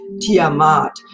Tiamat